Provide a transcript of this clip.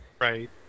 Right